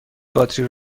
باتری